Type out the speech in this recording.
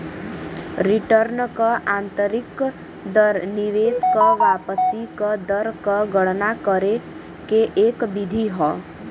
return क आंतरिक दर निवेश क वापसी क दर क गणना करे के एक विधि हौ